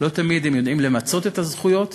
לא תמיד הם יודעים למצות את הזכויות